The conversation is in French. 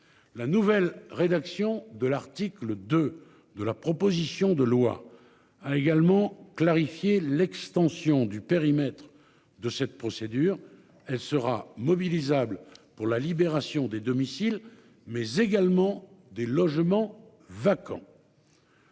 La nouvelle rédaction de l'article 2 de la proposition de loi a également clarifié l'extension du périmètre de cette procédure, elle sera mobilisable pour la libération des domiciles mais également des logements vacants.